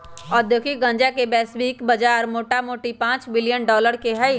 औद्योगिक गन्जा के वैश्विक बजार मोटामोटी पांच बिलियन डॉलर के हइ